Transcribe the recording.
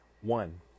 One